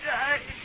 die